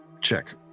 check